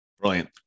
Brilliant